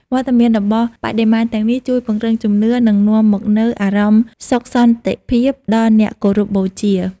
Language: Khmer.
វត្តមានរបស់បដិមាទាំងនេះជួយពង្រឹងជំនឿ និងនាំមកនូវអារម្មណ៍សុខសន្តិភាពដល់អ្នកគោរពបូជា។